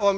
om.